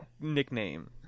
nickname